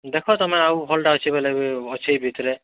ଦେଖ ତମେ ଆଉ ଭଲ୍ଟା ଅଛେ ବେଲେ ବି ଅଛେ ଭିତ୍ରେ